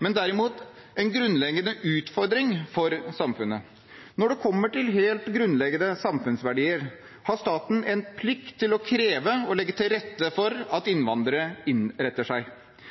men derimot en grunnleggende utfordring for samfunnet. Når det kommer til helt grunnleggende samfunnsverdier, har staten en plikt til å kreve og legge til rette for at innvandrere innretter seg.